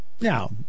Now